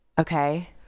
Okay